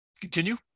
Continue